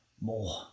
more